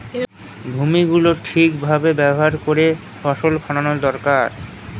ভূমি গুলো ঠিক ভাবে ব্যবহার করে ফসল ফোলানো দরকার